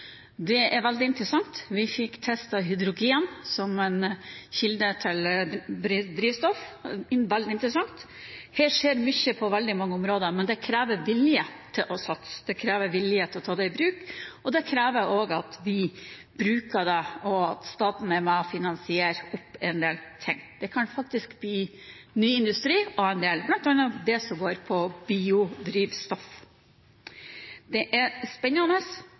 Det var veldig interessant. Vi fikk testet hydrogen som en kilde til drivstoff – veldig interessant. Her skjer mye på veldig mange områder, men det krever vilje til å satse, det krever vilje til å ta det i bruk, og det krever også at vi bruker det, og at staten er med og finansierer en del ting. Det kan faktisk bli ny industri av en del, bl.a. det som går på biodrivstoff. Det er spennende,